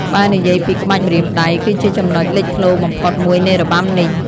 បើនិយាយពី ក្បាច់ម្រាមដៃ គឺជាចំណុចលេចធ្លោបំផុតមួយនៃរបាំនេះ។